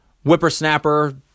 Whippersnapper